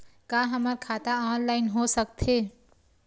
का हमर खाता ऑनलाइन हो सकथे?